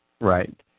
Right